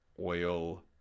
oil